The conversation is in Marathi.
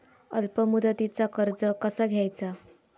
अल्प मुदतीचा कर्ज कसा घ्यायचा?